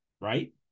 Right